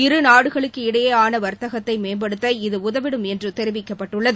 இருநாடுகளுக்கிடையேயான வர்த்தகத்தை மேம்படுத்த இது உதவிடும் என்று தெிவிக்கப்பட்டுள்ளது